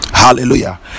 hallelujah